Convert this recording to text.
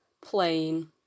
plain